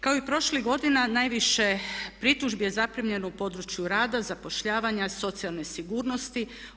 Kao i prošlih godina najviše pritužbi je zaprimljeno u području rada, zapošljavanja, socijalne sigurnosti.